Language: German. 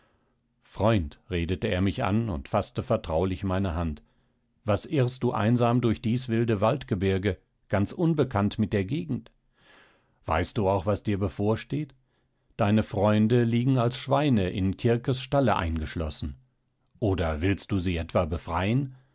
freund redete er mich an und faßte vertraulich meine hand was irrst du einsam durch dies wilde waldgebirge ganz unbekannt mit der gegend weißt du auch was dir bevorsteht deine freunde liegen als schweine in kirkes stalle eingeschlossen oder willst du sie etwa befreien